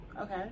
Okay